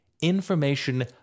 information